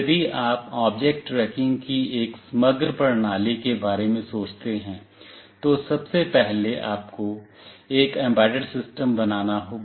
यदि आप object tracking की एक समग्र प्रणाली के बारे में सोचते हैं तो सबसे पहले आपको एक एम्बेडेड सिस्टम बनाना होगा